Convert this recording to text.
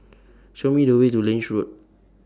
Show Me The Way to Lange Road